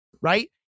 right